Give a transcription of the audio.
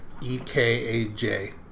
E-K-A-J